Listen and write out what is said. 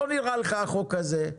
לא נראה לך החוק הזה,